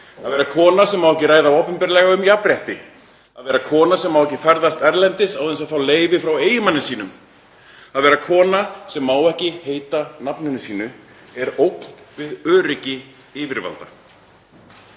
að vera kona sem má ekki ræða opinberlega um jafnrétti, að vera kona sem má ekki ferðast erlendis án þess að fá leyfi frá eiginmanni sínum, að vera kona sem má ekki heita nafninu sínu er ógn við öryggi yfirvalda.